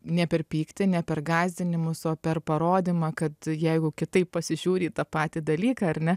ne per pyktį ne per gąsdinimus o per parodymą kad jeigu kitaip pasižiūri į tą patį dalyką ar ne